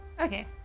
Okay